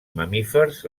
mamífers